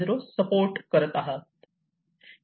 0 support करत आहे